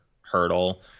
Hurdle